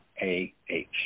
A-H